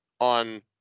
on